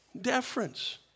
Deference